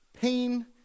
Pain